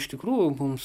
iš tikrųjų mums